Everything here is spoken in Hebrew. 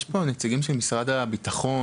יש פה נציגים של משרד הביטחון?